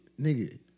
Nigga